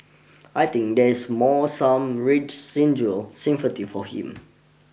I think there is more some residual sympathy for him